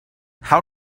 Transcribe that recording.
how